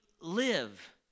live